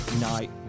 Night